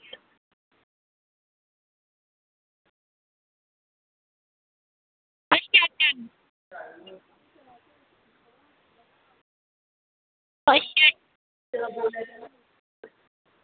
अच्छा